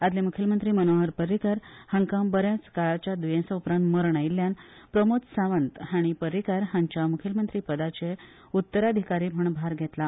आदले मुखेलमंत्री मनोहर पर्रीकर हांका बऱ्याच काळाच्या द्येसा उपरांत मरण आयिल्ल्यान प्रमोद सावंत हाणी पर्रीकार हांच्या मुखेलमंत्री पदाचे उत्तराधिकारी म्हण भार घेतला